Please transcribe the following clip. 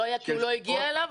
הוא לא היה, כי הוא לא הגיע אליו.